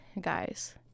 guys